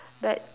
but